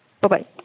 Bye-bye